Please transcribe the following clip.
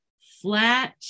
flat